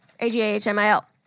A-G-A-H-M-I-L